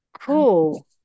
Cool